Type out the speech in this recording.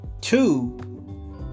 two